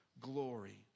glory